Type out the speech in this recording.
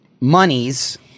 Monies